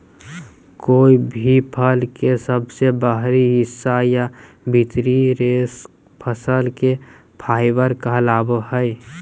कोय भी फल के सबसे बाहरी हिस्सा या भीतरी रेशा फसल के फाइबर कहलावय हय